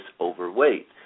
overweight